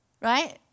Right